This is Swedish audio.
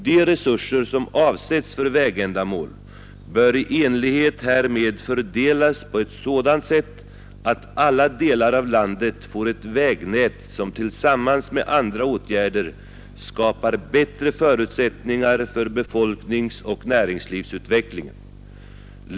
De resurser som avsätts för vägändamål bör i enlighet härmed fördelas på ett sådant sätt att alla delar av landet får ett vägnät som tillsammans med andra åtgärder skapar bättre förutsättningar för befolkningsoch näringslivsutvecklingen.